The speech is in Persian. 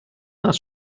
است